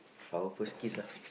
our first kiss ah